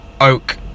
Oak